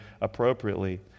appropriately